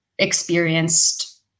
experienced